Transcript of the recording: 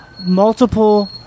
multiple